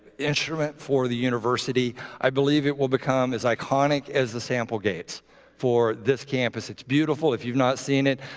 instrument for the university. i believe it will become as iconic as the sample gates for this campus. it's beautiful. if you've not seen it,